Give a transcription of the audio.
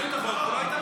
לא הייתה ממשלה.